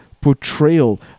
portrayal